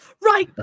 right